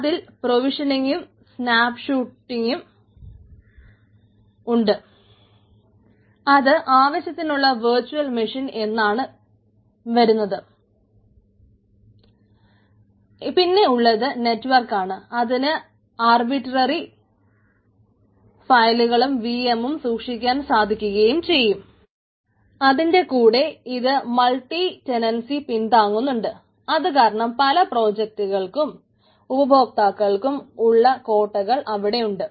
അതിൽ പ്രൊവിഷനിങ്ങും അവിടെ ഉണ്ട്